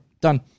Done